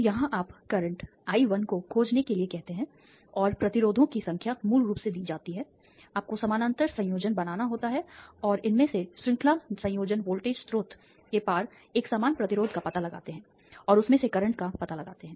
तो यहां आप करंट I1 को खोजने के लिए कहते हैं और प्रतिरोधों की संख्या मूल रूप से दी जाती है आपको समानांतर संयोजन बनाना होता है और इनमें से श्रृंखला संयोजन वोल्टेज स्रोत के पार एक समान प्रतिरोध का पता लगाते हैं और उसमें से करंट का पता लगाते हैं